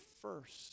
first